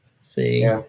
See